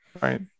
Right